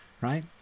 right